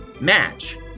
match